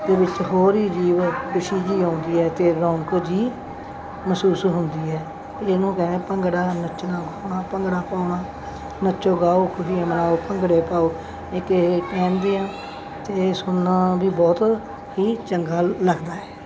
ਖੁਸ਼ੀ ਵਿੱਚ ਹੋਰ ਹੀ ਜੀ ਖੁਸ਼ੀ ਜਿਹੀ ਆਉਂਦੀ ਹੈ ਅਤੇ ਰੋਣਕ ਜਿਹੀ ਮਹਿਸੂਸ ਹੁੰਦੀ ਹੈ ਇਹਨੂੰ ਕਹਿੰਦੇ ਭੰਗੜਾ ਨੱਚਣਾ ਨਾ ਭੰਗੜਾ ਪਾਉਣਾ ਨੱਚੋ ਗਾਓ ਖੁਸ਼ੀਆਂ ਮਨਾਓ ਭੰਗੜੇ ਪਾਓ ਇੱਕ ਇਹ ਟਾਈਮ ਵੀ ਆ ਅਤੇ ਸੁਣਨਾ ਵੀ ਬਹੁਤ ਹੀ ਚੰਗਾ ਲੱਗਦਾ ਹੈ